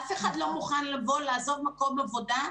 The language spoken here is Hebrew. אף אחד לא מוכן לעזוב מקום עבודה,